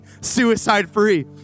suicide-free